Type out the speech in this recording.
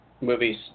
Movies